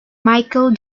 michael